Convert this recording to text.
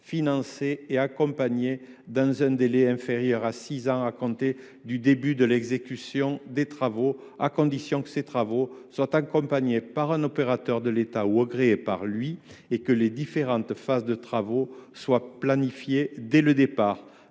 financé et accompagné et dans un délai inférieur à six ans à compter du début d’exécution des travaux, à condition que ces derniers soient accompagnés par un opérateur de l’État ou agréé par lui et que les différentes phases de travaux soient planifiées dès le départ.